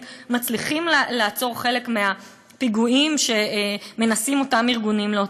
מצליחים לעצור חלק מהפיגועים שאותם ארגונים מנסים להוציא.